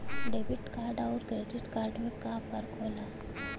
Debit card अउर credit card में का फर्क होला?